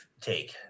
take